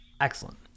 Excellent